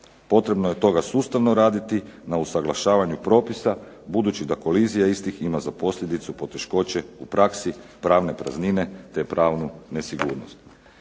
Potrebno je stoga sustavno raditi na usaglašavanju propisa budući da kolizija istih ima za posljedicu poteškoće u praksi, pravne praznine, te pravnu nesigurnost.